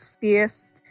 fierce